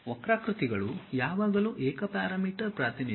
ವಕ್ರಾಕೃತಿಗಳು ಯಾವಾಗಲೂ ಏಕ ಪ್ಯಾರಾಮೀಟರ್ ಪ್ರಾತಿನಿಧ್ಯ